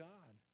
God